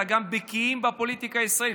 אלא גם בקיאים בפוליטיקה הישראלית.